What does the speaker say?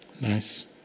Nice